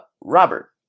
Robert